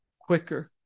quicker